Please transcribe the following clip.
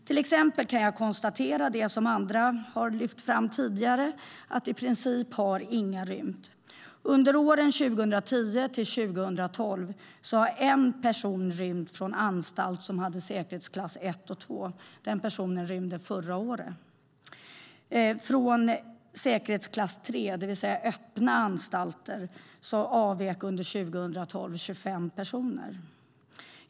Till exempel kan jag konstatera det som andra har lyft fram tidigare, nämligen att i princip inte någon har rymt under de senaste åren. Under åren 2010-2012 har en person rymt från anstalt som har säkerhetsklass 1 och 2. Den personen rymde förra året. Från anstalter med säkerhetsklass 3, det vill säga öppna anstalter, avvek 25 personer under 2012.